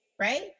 right